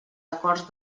acords